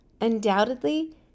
Undoubtedly